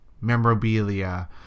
memorabilia